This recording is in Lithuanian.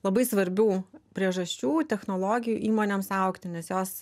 labai svarbių priežasčių technologijų įmonėms augti nes jos